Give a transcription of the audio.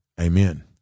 Amen